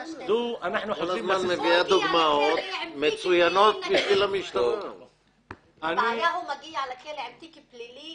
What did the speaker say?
אחרי הסולחה הוא מגיע לכלא עם תיק פלילי